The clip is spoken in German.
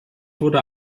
wurde